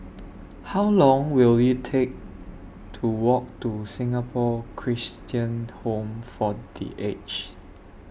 How Long Will IT Take to Walk to Singapore Christian Home For The Aged